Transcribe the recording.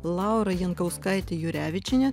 laura jankauskaitė jurevičienė